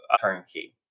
turnkey